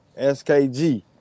SKG